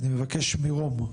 אני מבקש מרום,